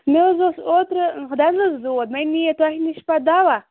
مےٚ حظ اوس اوترٕ دَنٛدس دود مےٚ نِیے تۄہہِ نِش پتہٕ دوا